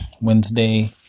Wednesday